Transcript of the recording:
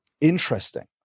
interesting